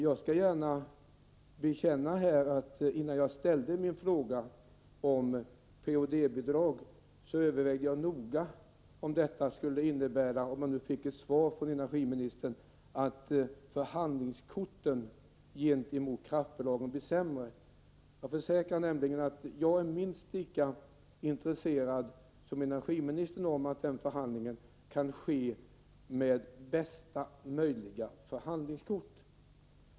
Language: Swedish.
Jag kan tala om att jag innan jag i min interpellation föreslog finansiering Nr 87 med PoD-medel noga övervägde om det skulle innebära att förhandlingssit Torsdagen den sen gentemot kraftbolagen skulle bli sämre. Jag försäkrar att jag är minst lika 21 februari 1985 intresserad som energiministern av att förhandlingen kan ske med bästa möjliga förhandlingskort.